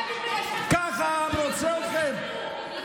אתה תתבייש, ככה העם רוצה אתכם?